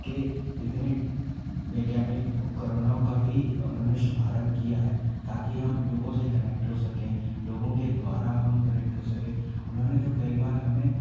के इतने वैज्ञानिक उपकरणों का भी उन्होंने शुभारम्भ किया है ताकि हम लोगों से कनेक्ट हो सकें लोगों के द्वारा हम कनेक्ट हो सके उन्होंने ने तो कई बार हमें